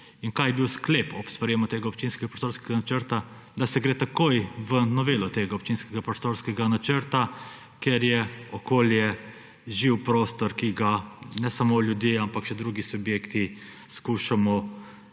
In kaj je bil sklep ob sprejemu tega občinskega prostorskega načrta? Da se gre takoj v novelo tega občinskega prostorskega načrta, ker je okolje živ prostor, ki ga ne samo ljudje, ampak še drugi subjekti skušamo